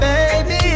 Baby